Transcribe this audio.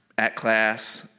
at class,